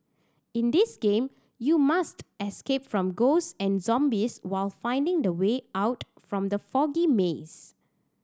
in this game you must escape from ghost and zombies while finding the way out from the foggy maze